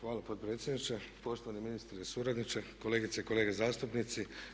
Hvala potpredsjedniče, poštovani ministre i suradniče, kolegice i kolege zastupnici.